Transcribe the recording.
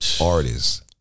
artists